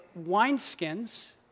wineskins